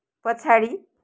पछाडि